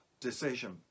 decision